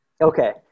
Okay